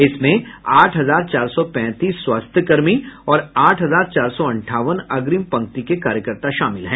इसमें आठ हजार चार सौ पैंतीस स्वास्थ्यकर्मी और आठ हजार चार सौ अंठावन अग्रिम पंक्ति के कार्यकर्ता शामिल हैं